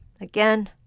Again